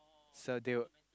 so they will